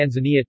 Tanzania